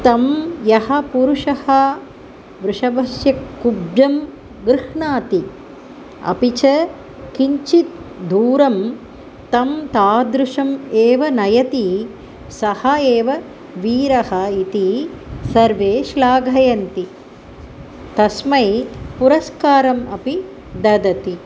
तं यः पुरुषः वृषभस्य कुब्जं गृह्णाति अपि च किञ्चित् दूरं तं तादृशम् एव नयति सः एव वीरः इति सर्वे श्लाघयन्ति तस्मै पुरस्कारम् अपि ददाति